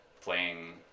playing